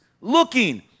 looking